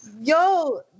Yo